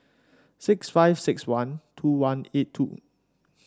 six five six one two one eight two